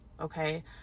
Okay